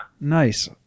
Nice